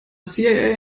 cia